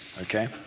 okay